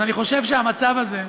אז אני חושב שהמצב הזה,